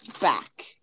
back